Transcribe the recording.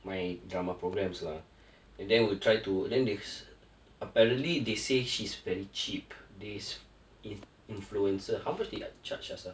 my drama programs lah and then we'll try to and then this apparently they say she's very cheap these in~ influencer how much they ah charge us ah